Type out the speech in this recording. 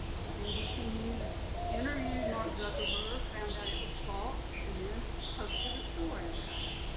so nbc news interviewed mark zuckerberg, found out it was false, and then, posted a story about it.